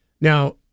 Now